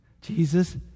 Jesus